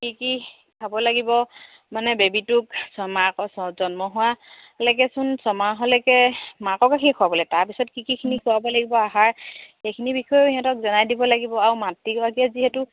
কি কি খাব লাগিব মানে বেবীটোক ছম জন্ম হোৱালৈকেচোন ছমাহলৈকে মাকৰ গাখীৰে খোৱাব লাগে তাৰপিছত কি কিখিনি খোৱাব লাগিব আহাৰ সেইখিনিৰ বিষয়েও সিহঁতক জনাই দিব লাগিব আৰু মাতৃগৰাকীয়ে যিহেতু